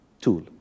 tool